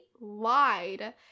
lied